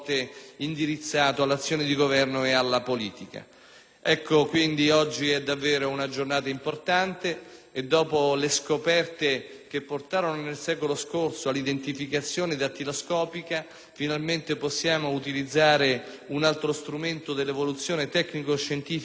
Oggi, quindi, è davvero una giornata importante e dopo le scoperte che portarono nel secolo scorso all'identificazione dattiloscopica, finalmente possiamo utilizzare un altro strumento dell'evoluzione tecnico-scientifica per il contrasto ad ogni forma di criminalità.